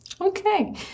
Okay